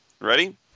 Ready